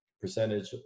percentage